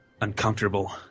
uncomfortable